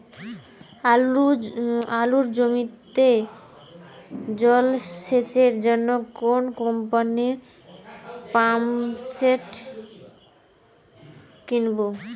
আলুর জমিতে জল সেচের জন্য কোন কোম্পানির পাম্পসেট কিনব?